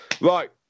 Right